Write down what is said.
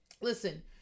Listen